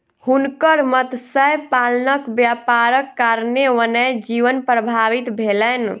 हुनकर मत्स्य पालनक व्यापारक कारणेँ वन्य जीवन प्रभावित भेलैन